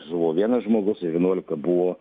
žuvo vienas žmogus ir vienuolika buvo